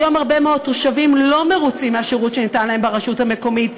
היום הרבה מאוד תושבים אינם מרוצים מהשירות שניתן להם ברשות המקומית.